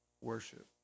worship